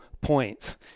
points